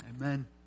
Amen